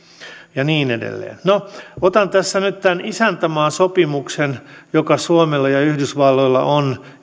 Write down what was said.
ja niin edelleen otan tässä nyt esiin tämän isäntämaasopimuksen joka suomella ja yhdysvalloilla on